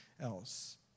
else